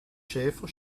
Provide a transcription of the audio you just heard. schäfer